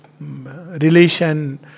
relation